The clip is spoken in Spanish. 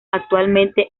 actualmente